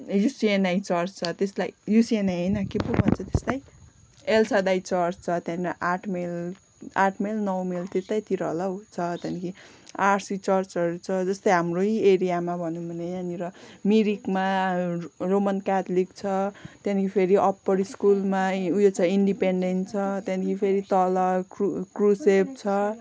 ए CNI church छ त्यसलाई UCNI होइन के पो भन्छ त्यसलाई एलसादाइ चर्च छ त्यहाँनिर आठ माइल आठ माइल नौ माइल त्यतैतिर होला हौ छ त्यहाँदेखि आरसी चर्चहरू छ जस्तै हाम्रै एरियामा भनौँ भने यहाँनिर मिरिकमा रोमन क्याथोलिक छ त्यहाँदेखि फेरि अप्पर स्कुलमा उयो छ इन्डिपेन्डेन्ट छ त्यहाँदेखि फेरि तल क्रु क्रुसेव छ